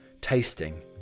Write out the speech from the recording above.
tasting